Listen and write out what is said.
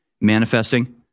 Manifesting